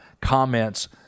comments